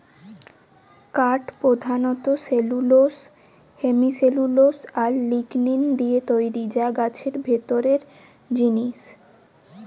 কাঠ পোধানত cellulose, hemicellulose আর লিগনিন দিয়ে তৈরি যা গাছের ভিতরের জিনিস